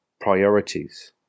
priorities